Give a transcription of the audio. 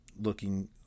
looking